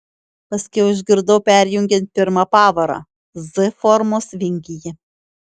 paskiau išgirdau perjungiant pirmą pavarą z formos vingyje